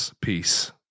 Peace